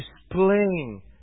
displaying